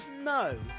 No